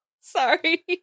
sorry